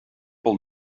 pel